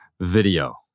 video